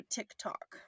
TikTok